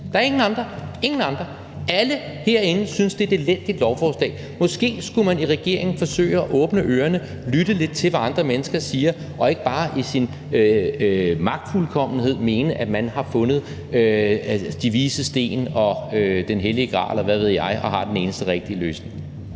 Der er ingen andre. Alle herinde synes, det er et elendigt lovforslag. Måske skulle man i regeringen forsøge at åbne ørerne og lytte lidt til, hvad andre mennesker siger, og ikke bare i sin magtfuldkommenhed mene, at man har fundet de vises sten, den hellige gral, og hvad ved jeg, og har den eneste rigtige løsning.